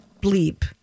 bleep